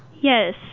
Yes